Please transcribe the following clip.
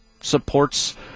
supports